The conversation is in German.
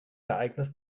ereignis